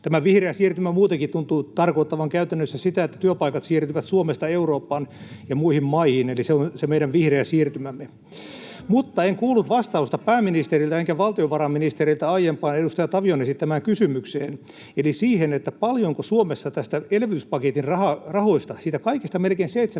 Tämä vihreä siirtymä muutenkin tuntuu tarkoittavan käytännössä sitä, että työpaikat siirtyvät Suomesta Eurooppaan ja muihin maihin. Eli se on se meidän vihreä siirtymämme. Mutta en kuullut vastausta pääministeriltä enkä valtiovarainministeriltä aiempaan edustaja Tavion esittämään kysymykseen: paljonko Suomessa näistä elvytyspaketin rahoista — siitä kaikesta melkein 7